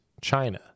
China